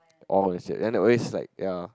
oh that's it then always like ya